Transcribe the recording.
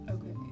Okay